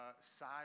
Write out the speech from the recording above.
side